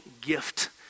gift